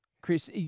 Chris